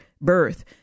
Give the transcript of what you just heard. birth